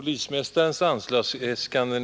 Fru talman!